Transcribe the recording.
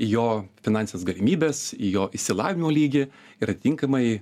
į jo finansines galimybes į jo išsilavinimo lygį yra tinkamai